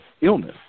illness